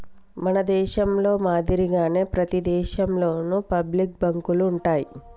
మన దేశంలో మాదిరిగానే ప్రతి దేశంలోను పబ్లిక్ బాంకులు ఉంటాయి